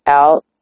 out